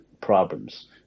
problems